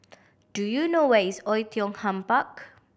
do you know where is Oei Tiong Ham Park